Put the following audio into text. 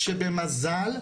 שבמזל,